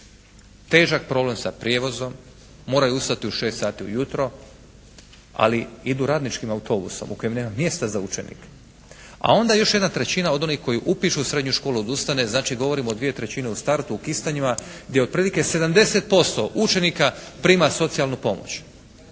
Težak problem sa prijevozom, moraju ustati u 6 sati ujutro, ali idu radničkim autobusom u kojem nema mjesta za učenike. A onda još 1/3 od onih koji upišu srednju školu odustane. Znači govorimo o 2/3 u startu u Kistanjima gdje otprilike 70% učenika prima socijalnu pomoć,